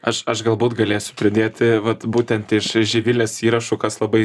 aš aš galbūt galėsiu pridėti vat būtent iš živilės įrašų kas labai